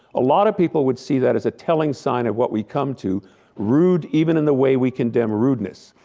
a lot of people would see that as a telling sign of what we come to rude even in the way we condemn rudeness.